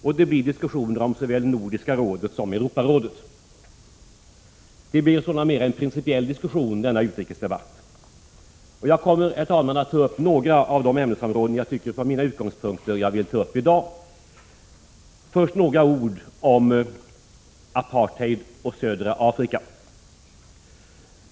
Det blir också diskussioner om såväl Nordiska rådet som Europarådet. Denna utrikesdebatt blir sålunda mer en principiell diskussion. Herr talman! Jag kommer att ta upp några av de ämnesområden som jag från mina utgångspunkter anser mig vilja beröra i dag. Först några ord om apartheid och södra Afrika.